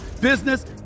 business